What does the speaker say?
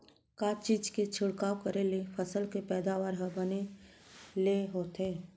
का चीज के छिड़काव करें ले फसल के पैदावार ह बने ले होथे?